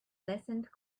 listened